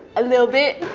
ah lil' bit.